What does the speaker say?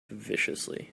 viciously